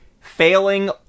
failing